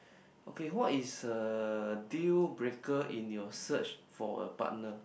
okay what is a deal breaker in your search for a partner